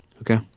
okay